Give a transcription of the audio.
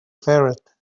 ferret